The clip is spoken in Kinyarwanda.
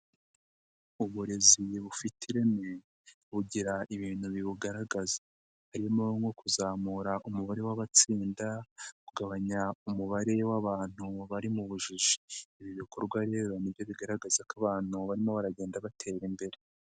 Uburezibufite ireme, bugira ibintu bibugaragaza. Harimo nko kuzamura umubare w'abatsinda, kugabanya umubare w'abantu bari mu bujiji. Ibi bikorwa rero ni byo bigaragaza ko abantu barimo baragenda batera imbere.